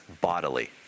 bodily